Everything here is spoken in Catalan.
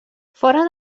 fora